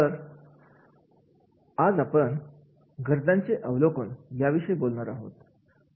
तर आज आपण गरजांचे आकलन याविषयी बोलणार आहोत